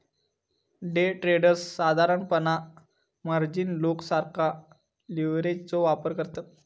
day traders साधारणपणान margin loan सारखा लीव्हरेजचो वापर करतत